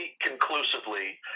conclusively